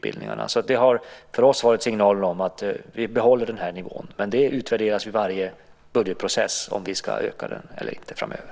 För oss har det varit en signal om att man ska behålla den här nivån. Men det utvärderas vid varje budgetprocess om vi ska höja den eller inte framöver.